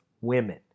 women